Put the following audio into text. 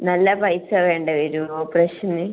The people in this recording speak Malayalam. നല്ല പൈസ വേണ്ട വരുമോ ഓപ്പറേഷന്